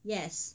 yes